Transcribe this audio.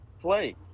play